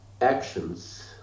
actions